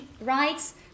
rights